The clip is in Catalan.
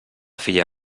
filla